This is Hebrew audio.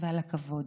ועל הכבוד.